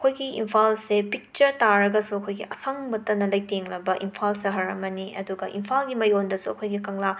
ꯑꯩꯈꯣꯏꯒꯤ ꯏꯝꯐꯥꯜꯁꯦ ꯄꯤꯛꯆ ꯇꯥꯔꯒꯁꯨ ꯑꯩꯈꯣꯏꯒꯤ ꯑꯁꯪꯕꯇꯅ ꯂꯩꯇꯦꯡꯂꯕ ꯏꯝꯐꯥꯜ ꯁꯍꯔ ꯑꯃꯅꯤ ꯑꯗꯨꯒ ꯏꯝꯐꯥꯜꯒꯤ ꯃꯌꯣꯟꯗꯁꯨ ꯑꯩꯈꯣꯏꯒꯤ ꯀꯪꯂꯥ